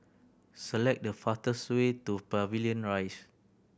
select the fastest way to Pavilion Rise